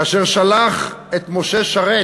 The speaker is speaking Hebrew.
כאשר שלח את משה שרת,